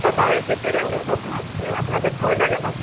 দাদা এই যে ট্রেন দুর্ঘটনা হচ্ছে আপনাদের ভয় লাগে না